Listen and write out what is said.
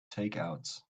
takeouts